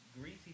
greasy